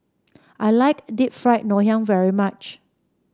I like Deep Fried Ngoh Hiang very much